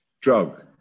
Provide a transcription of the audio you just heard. drug